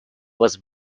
was